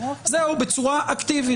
זהו, בצורה אקטיבית.